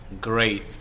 great